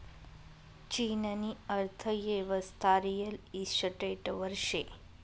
चीननी अर्थयेवस्था रिअल इशटेटवर शे